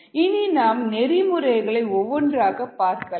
இனி நாம் நெறிமுறைகளை ஒவ்வொன்றாகப் பார்க்கலாம்